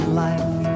life